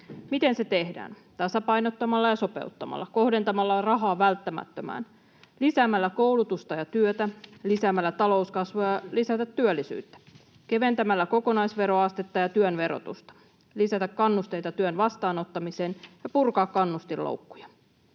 Miten se tehdään? Tasapainottamalla ja sopeuttamalla, kohdentamalla rahaa välttämättömään, lisäämällä koulutusta ja työtä, lisäämällä talouskasvua ja lisäämällä työllisyyttä, keventämällä kokonaisveroastetta ja työn verotusta, lisäämällä kannusteita työn vastaanottamiseen ja purkamalla kannustinloukkuja.